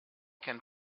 can